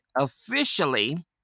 officially